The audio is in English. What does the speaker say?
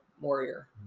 warrior